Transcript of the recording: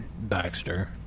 Baxter